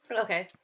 Okay